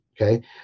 okay